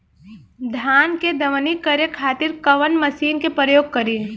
धान के दवनी करे खातिर कवन मशीन के प्रयोग करी?